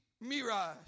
Mirage